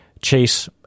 chase